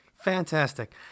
Fantastic